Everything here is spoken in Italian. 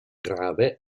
grave